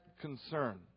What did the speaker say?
concern